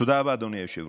תודה רבה, אדוני היושב-ראש.